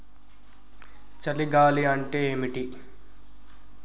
చలి గాలి అంటే ఏమిటి?